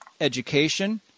education